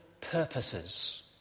purposes